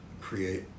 create